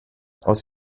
aus